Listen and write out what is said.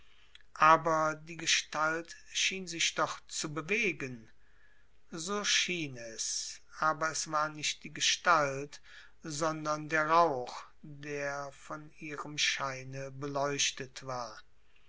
aber die gestalt schien sich doch zu bewegen so schien es aber es war nicht die gestalt sondern der rauch der von ihrem scheine beleuchtet war